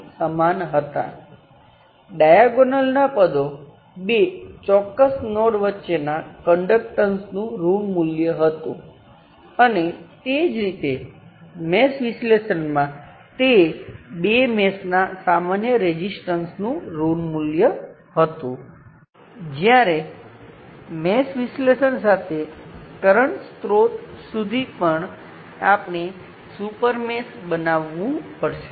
આપણને આ સ્પષ્ટ ચિત્ર મળે છે અને તેથી જ આ થિયર્મનું શીર્ષક મેં નોડ પર વોલ્ટેજ સ્ત્રોતને મોકલવું તે છે અને તે જ આપણે કરી રહ્યા છીએ જો તમારી પાસે સંખ્યાબંધ શાખાઓ સાથેનો નોડ હોય અને તેમાની એક શાખામાં વોલ્ટેજ સ્ત્રોત હોય તે વોલ્ટેજ સ્ત્રોતને નોડ દ્વારા અન્ય તમામ શાખાઓમાં મોકલી શકાય છે